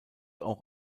auch